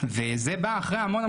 וזה בא אחרי המון,